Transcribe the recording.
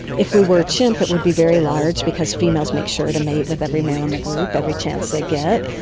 if we were a chimp it would be very large because females make sure to mate with every male in the group every chance they get.